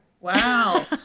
wow